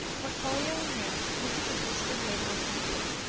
portfolio in hand, this official stood waiting respectfully.